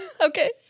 Okay